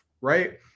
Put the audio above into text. right